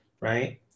right